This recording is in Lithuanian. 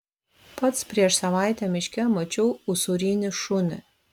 pats prieš savaitę miške mačiau usūrinį šunį